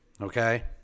Okay